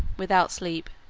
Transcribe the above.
without sleep.